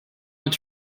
want